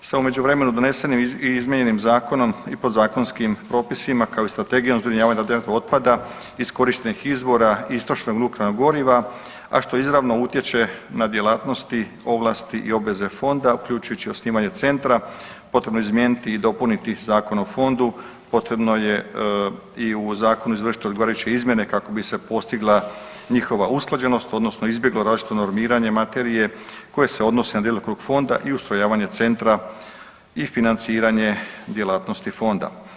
sa u međuvremenu donesenim i izmijenjenim zakonom i podzakonskim propisima kao i strategijom zbrinjavanja otpada iz korištenih izvora i istrošenog nuklearna goriva, a što izravno utječe na djelatnosti, ovlasti i obveze fonda uključujući osnivanje centra, potrebno je izmijeniti i dopuni zakon o fondu, potrebno je i u zakonu izvršiti odgovarajuće izmjene kako bi se postigla njihova usklađenost odnosno izbjeglo različito normiranje materije koje se odnose na djelokrug fonda i ustrojavanje centra i financiranje djelatnosti fonda.